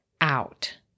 out